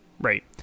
right